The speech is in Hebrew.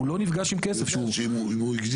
הוא לא נפגש עם כסף --- משום שאם הוא מגדיל.